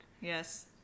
Yes